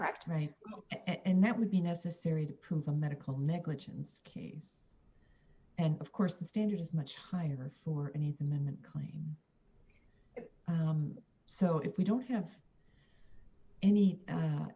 correct right and that would be necessary to prove a medical negligence case and of course the standard is much higher for anything then the claim so if we don't have any